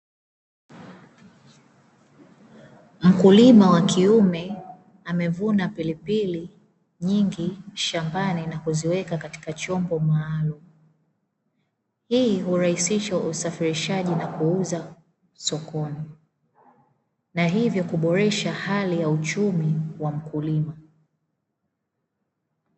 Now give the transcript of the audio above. Mkulima wa kiume amevuna pilipili nyingi shambani na kuziweka katika chombo maalumu, hii hurahisisha usafirishaji na kuuza sokoni na hivyo kuboresha hali ya uchumi wa mkulima.